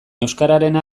euskararena